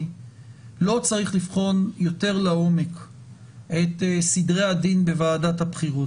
לא צריך לבחון יותר לעומק את סדרי הדין בוועדת הבחירות,